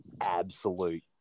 absolute